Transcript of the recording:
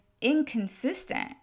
inconsistent